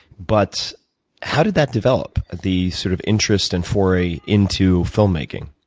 but how did that develop, the sort of interest and foray into filmmaking?